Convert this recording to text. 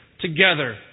together